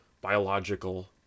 biological